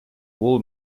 wool